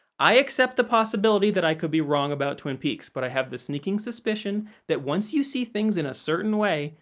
i accept the possibility that i could be wrong about twin peaks, but i have the sneaking suspicion that once you see things in a certain way,